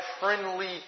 friendly